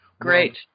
great